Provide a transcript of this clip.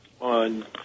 on